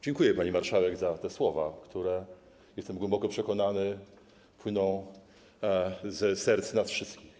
Dziękuję, pani marszałek, za te słowa, które - jestem głęboko przekonany - płyną z serc nas wszystkich.